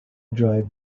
drive